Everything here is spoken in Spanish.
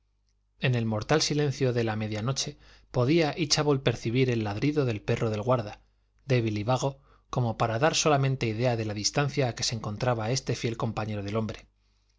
en el mortal silencio de la media noche podía íchabod percibir el ladrido del perro del guarda débil y vago como para dar solamente idea de la distancia a que se encontraba este fiel compañero del hombre